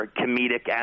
comedic